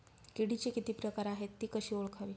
किडीचे किती प्रकार आहेत? ति कशी ओळखावी?